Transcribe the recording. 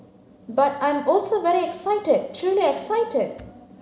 but I'm also very excited truly excited